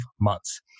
months